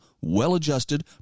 well-adjusted